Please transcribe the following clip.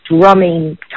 drumming